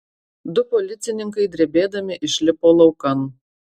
du policininkai drebėdami išlipo laukan